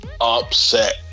Upset